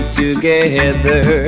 together